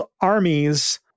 armies